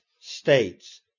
states